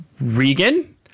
Regan